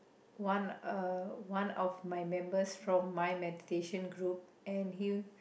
one uh one of my members from my meditation group and he